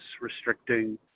restricting